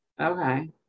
Okay